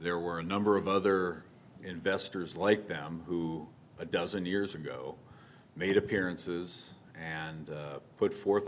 there were a number of other investors like them who a dozen years ago made appearances and put forth